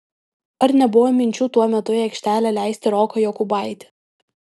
ar nebuvo minčių tuo metu į aikštelę leisti roką jokubaitį